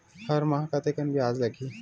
हर माह कतेकन ब्याज लगही?